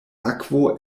akvo